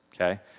okay